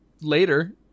later